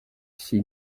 six